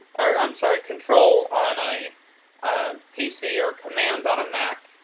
or i'm sorry, control, on a pc, or command on a mac.